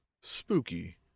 spooky